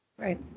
Right